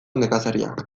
nekazariak